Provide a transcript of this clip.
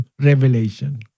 Revelation